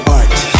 art